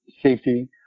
safety